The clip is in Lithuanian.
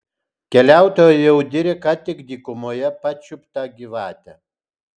keliautojai jau diria ką tik dykumoje pačiuptą gyvatę